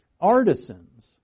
artisans